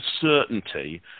certainty